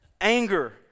Anger